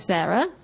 Sarah